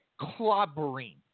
clobbering